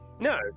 No